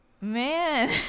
Man